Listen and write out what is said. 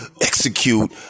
execute